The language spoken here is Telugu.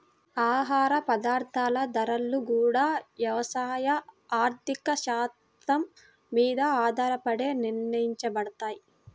ఆహార పదార్థాల ధరలు గూడా యవసాయ ఆర్థిక శాత్రం మీద ఆధారపడే నిర్ణయించబడతయ్